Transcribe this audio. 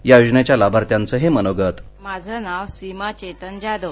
या योजनेच्या लाभार्थ्याचं हे मनोगतः माझं नाव सीमा चेतन जाधव